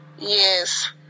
Yes